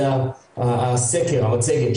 המצגת,